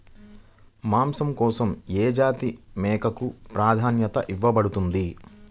మాంసం కోసం ఏ జాతి మేకకు ప్రాధాన్యత ఇవ్వబడుతుంది?